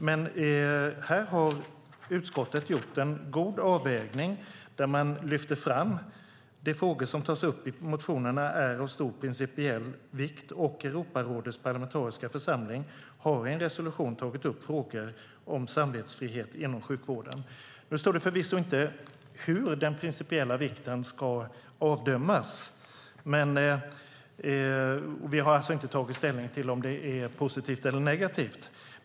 Men här har utskottet gjort en god avvägning och lyfter fram att de frågor som tas upp i motionerna är av stor principiell vikt. Och Europarådets parlamentariska församling har i en resolution tagit upp frågor om samvetsfrihet inom sjukvården. Nu står det förvisso inte hur den principiella vikten ska avdömas. Vi har alltså inte tagit ställning till om det är positivt eller negativt.